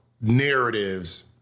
narratives